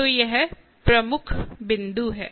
तो यह प्रमुख बिंदु है